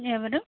ఎవరు